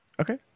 Okay